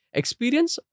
experience